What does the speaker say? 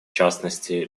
частности